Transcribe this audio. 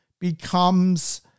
becomes